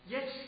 Yes